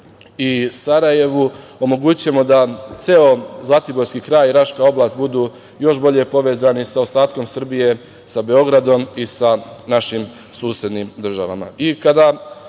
i Sarajevu, omogućićemo da ceo Zlatiborski kraj i Raška oblast budu još bolje povezani sa ostatkom Srbije, sa Beogradom i sa našim susednim državama. Kada